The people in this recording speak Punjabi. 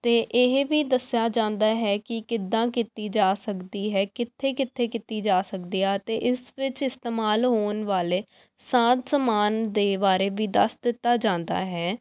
ਅਤੇ ਇਹ ਵੀ ਦੱਸਿਆ ਜਾਂਦਾ ਹੈ ਕਿ ਕਿੱਦਾਂ ਕੀਤੀ ਜਾ ਸਕਦੀ ਹੈ ਕਿੱਥੇ ਕਿੱਥੇ ਕੀਤੀ ਜਾ ਸਕਦੀ ਆ ਅਤੇ ਇਸ ਵਿੱਚ ਇਸਤੇਮਾਲ ਹੋਣ ਵਾਲੇ ਸਾਜ ਸਮਾਨ ਦੇ ਬਾਰੇ ਵੀ ਦੱਸ ਦਿੱਤਾ ਜਾਂਦਾ ਹੈ